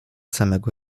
samego